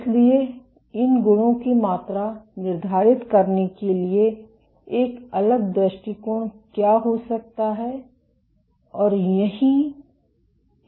इसलिए इनके गुणों की मात्रा निर्धारित करने के लिए एक अलग दृष्टिकोण क्या हो सकता है और यहीं एएफएम काम आता है